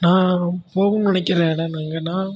நான் போகணும்னு நினைக்கிற இடம் எங்கேன்னா